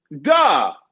Duh